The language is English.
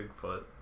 Bigfoot